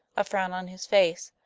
a frown on his face,